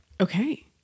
Okay